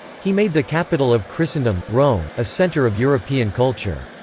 he made the capital of christendom, rome, a center of european culture.